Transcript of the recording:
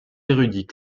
érudits